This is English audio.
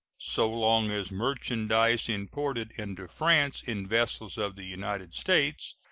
so long as merchandise imported into france in vessels of the united states,